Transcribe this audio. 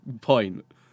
point